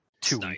two